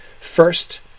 First